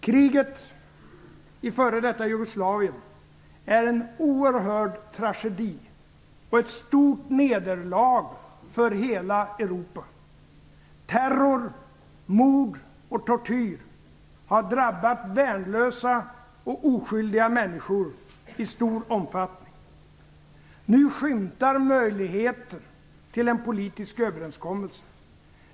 Kriget i f.d. Jugoslavien är en oerhörd tragedi och ett stort nederlag för hela Europa. Terror, mord och tortyr har drabbat värnlösa och oskyldiga människor i stor omfattning. Nu skymtar möjligheter till en politisk överenskommelse.